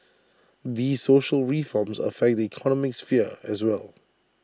these social reforms affect the economic sphere as well